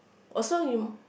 also you